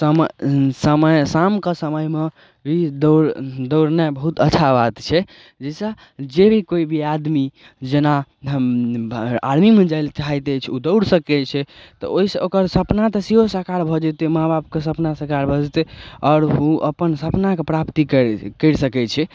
समय समय शामके समयमे दौड़ दौड़नाइ बहुत अच्छा बात छै जाहिसऽ जे भी कोइ भी आदमी जेना आर्मीमे जाय लए चाहैत अछि ओ दौड़ सकै छै तऽ ओहि सऽ ओकर सपना तऽ सेहो साकार भऽ जेतै माँ बापके सपना साकार भऽ जेतै आओर ओ अपन सपनाके प्राप्ति कर करि सकै छै